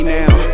now